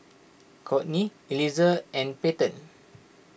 Kourtney Eliezer and Payten